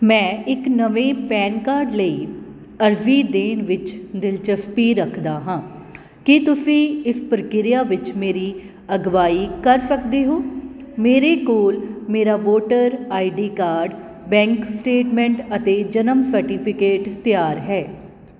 ਮੈਂ ਇੱਕ ਨਵੇਂ ਪੈਨ ਕਾਰਡ ਲਈ ਅਰਜ਼ੀ ਦੇਣ ਵਿੱਚ ਦਿਲਚਸਪੀ ਰੱਖਦਾ ਹਾਂ ਕੀ ਤੁਸੀਂ ਇਸ ਪ੍ਰਕਿਰਿਆ ਵਿੱਚ ਮੇਰੀ ਅਗਵਾਈ ਕਰ ਸਕਦੇ ਹੋ ਮੇਰੇ ਕੋਲ ਮੇਰਾ voter I D card bank statement ਅਤੇ ਜਨਮ ਸਰਟੀਫਿਕੇਟ ਤਿਆਰ ਹੈ